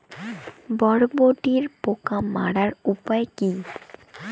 বরবটির পোকা মারার উপায় কি?